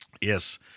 Yes